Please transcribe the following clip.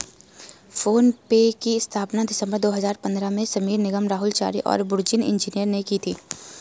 phone पे की स्थापना दिसंबर दो हजार पन्द्रह में समीर निगम, राहुल चारी और बुर्जिन इंजीनियर ने की थी